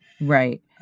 Right